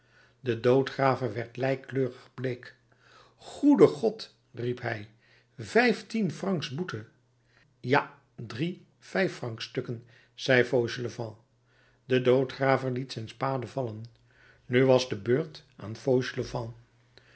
de doodgraver werd leikleurig bleek goede god riep hij vijftien francs boete ja drie vijffrancsstukken zei fauchelevent de doodgraver liet zijn spade vallen nu was de beurt aan